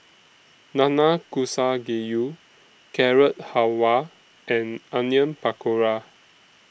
Nanakusa Gayu Carrot Halwa and Onion Pakora